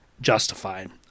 justified